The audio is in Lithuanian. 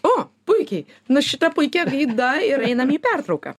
o puikiai nu šita puikia gaida ir einam į pertrauką